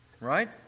right